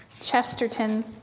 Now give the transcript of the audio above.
Chesterton